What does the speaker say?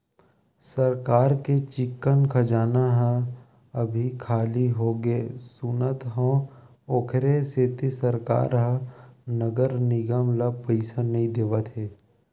सरकार के चिक्कन खजाना ह अभी खाली होगे सुनत हँव, ओखरे सेती सरकार ह नगर निगम ल पइसा नइ देवत हे